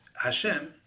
Hashem